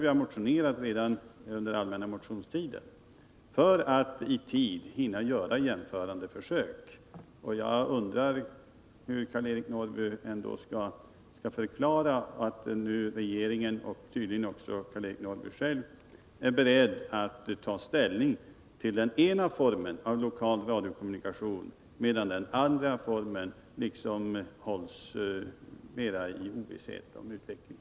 Vi motionerade redan under allmänna motionstiden för att i tid hinna med jämförande försök. Kan Karl-Eric Norrby förklara hur det är möjligt att regeringen, och nu tydligen också Karl-Eric Norrby själv, är beredd att ta ställning till den ena formen av lokal radiokommunikation medan vi beträffande den andra får sväva i ovisshet om utvecklingen?